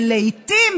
ולעיתים